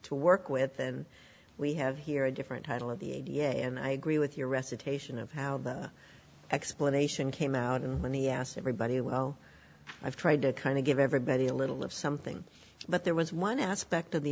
to work with and we have here a different title of the a b a and i agree with your recitation of how that explanation came out and when he asked everybody well i've tried to kind of give everybody a little of something but there was one aspect of the